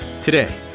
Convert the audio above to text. Today